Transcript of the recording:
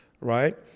right